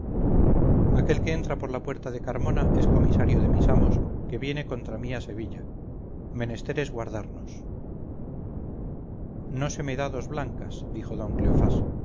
aquel que entra por la puerta de carmona es comisario de mis amos que viene contra mí a sevilla menester es guardarnos no se me da dos blancas dijo don cleofás